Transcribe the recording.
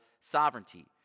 sovereignty